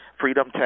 freedom